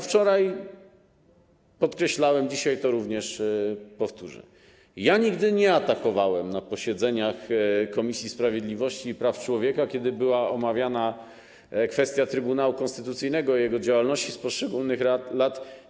Wczoraj podkreślałem, dzisiaj również to powtórzę: nigdy nie atakowałem na posiedzeniach Komisji Sprawiedliwości i Praw Człowieka, kiedy była omawiana kwestia Trybunału Konstytucyjnego, jego działalności z poszczególnych lat.